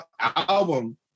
album